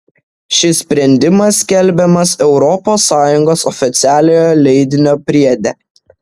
šis sprendimas skelbiamas europos sąjungos oficialiojo leidinio priede